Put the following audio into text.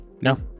No